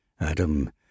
Adam